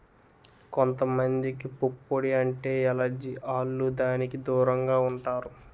కొంత మందికి పుప్పొడి అంటే ఎలెర్జి ఆల్లు దానికి దూరంగా ఉండాలి